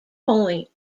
point